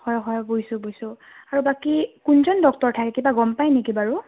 হয় হয় বুজিছো বুজিছো আৰু বাকী কোনজন ডক্টৰ থাকে কিবা গম পায় নেকি বাৰু